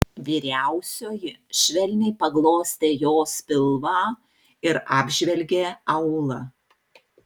vyriausioji švelniai paglostė jos pilvą ir apžvelgė aulą